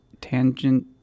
Tangent